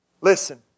Listen